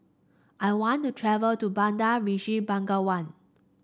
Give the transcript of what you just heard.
I want to travel to Bandar Resi Begawan